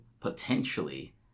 potentially